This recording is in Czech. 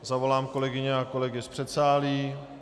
Zavolám kolegyně a kolegy z předsálí.